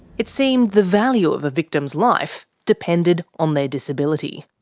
it seems the value of a victim's life depended on their disability.